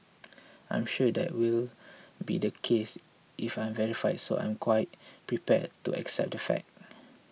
I'm sure that will be the case if I verify so I'm quite prepared to accept that fact